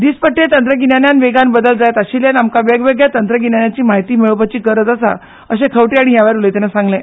दिसपट्टे तंत्रगिन्यानात वेगान बदल जायत आशिल्ल्यान आमकां वेगवेगळ्या तंत्रगिन्यानांची म्हायती मेळोवपाची गरज आसा अशें खंवटे हांणी हेवेळार उलयतना सांगलें